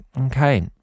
Okay